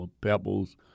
pebbles